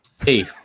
Hey